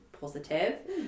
positive